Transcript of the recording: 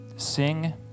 Sing